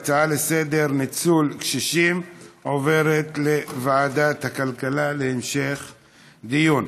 ההצעה לסדר-היום בנושא ניצול קשישים עוברת לוועדת הכלכלה להמשך דיון.